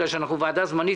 בגלל שאנחנו ועדה זמנית,